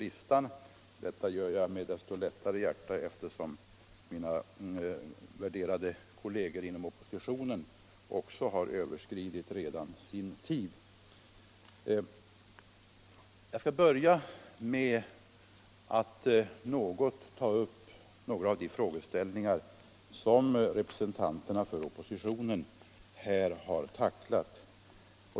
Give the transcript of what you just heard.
Jag gör det med desto lättare hjärta som mina värderade kolleger inom oppositionen också har överskridit sin tid. Jag skall börja med att ta upp några av de frågeställningar som representanter för oppositionen här har tacklat.